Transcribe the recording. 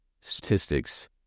statistics